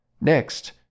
next